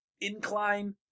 incline